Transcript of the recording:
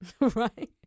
right